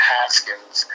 Haskins